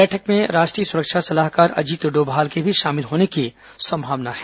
बैठक में राष्ट्रीय सुरक्षा सलाहकार अजीत डोभाल के भी शामिल होने की संभावना है